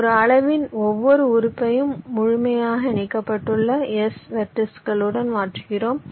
ஒரு அளவின் ஒவ்வொரு உறுப்பையும் முழுமையாக இணைக்கப்பட்டுள்ள s வெர்டெக்ஸ்களுடன் மாற்றுகிறோம்